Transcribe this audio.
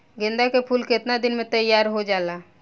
गेंदा के फूल केतना दिन में तइयार हो जाला?